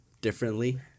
differently